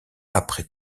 après